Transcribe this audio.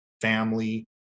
family